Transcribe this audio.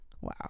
wow